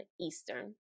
Eastern